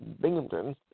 Binghamton